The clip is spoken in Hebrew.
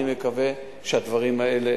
אני מקווה שהדברים האלה